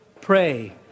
pray